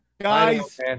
Guys